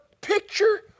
picture